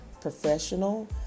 professional